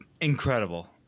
incredible